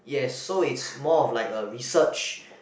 yes so it's more of like a research